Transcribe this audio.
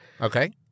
Okay